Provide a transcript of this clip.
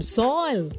soil